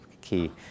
key